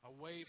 away